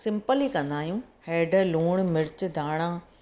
simple ई कंदा आहियूं हैड लूणु मिर्च धाणा